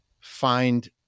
find